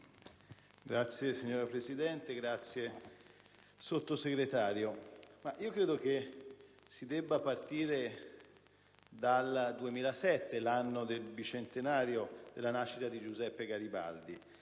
*(PD)*. Signora Presidente, signor Sottosegretario, credo si debba partire dal 2007, l'anno del bicentenario della nascita di Giuseppe Garibaldi.